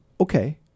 Okay